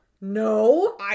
No